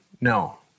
No